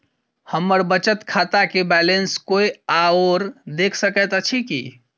हम्मर बचत खाता केँ बैलेंस कोय आओर देख सकैत अछि की